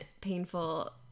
painful